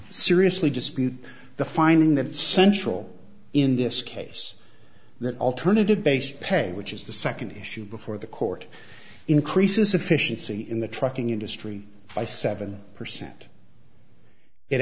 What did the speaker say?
seriously dispute the finding that central in this case that alternative based pay which is the second issue before the court increases efficiency in the trucking industry by seven percent it